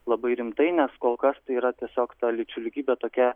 labai rimtai nes kol kas tai yra tiesiog ta lyčių lygybė tokia